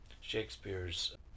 Shakespeare's